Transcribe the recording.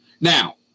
Now